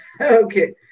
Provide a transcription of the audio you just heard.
Okay